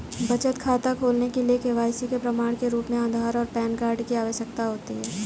बचत खाता खोलने के लिए के.वाई.सी के प्रमाण के रूप में आधार और पैन कार्ड की आवश्यकता होती है